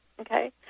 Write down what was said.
Okay